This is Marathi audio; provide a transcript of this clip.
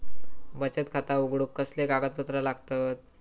बचत खाता उघडूक कसले कागदपत्र लागतत?